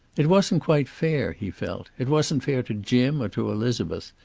it wasn't quite fair, he felt. it wasn't fair to jim or to elizabeth.